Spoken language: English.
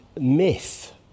myth